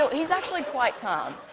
so he's actually quite calm.